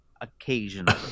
Occasionally